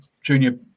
Junior